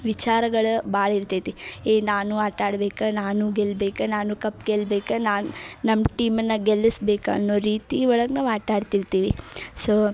ವಿಚಾರಗಳು ಭಾಳ ಇರ್ತೈತಿ ಏ ನಾನೂ ಆಟಾಡ್ಬೇಕು ನಾನೂ ಗೆಲ್ಬೇಕು ನಾನೂ ಕಪ್ ಗೆಲ್ಬೇಕು ನಾನು ನಮ್ಮ ಟೀಮನ್ನು ಗೆಲ್ಲಸ್ಬೇಕು ಅನ್ನೋ ರೀತಿ ಒಳಗೆ ನಾವು ಆಟಾಡ್ತಿರ್ತೀವಿ ಸೋ